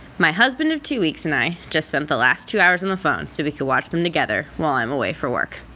my husband of two weeks and i just spent the last two hours on the phone, so we could watch them together while i'm away for work.